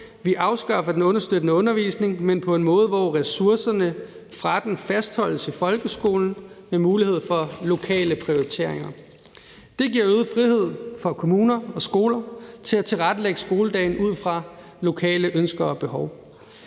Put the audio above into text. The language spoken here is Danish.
vi afskaffer den understøttende undervisning, men på en måde, hvor ressourcerne fra den fastholdes i folkeskolen med mulighed for lokale prioriteringer. Det giver øget frihed for kommuner og skoler til at tilrettelægge skoledagen ud fra lokale ønsker og behov.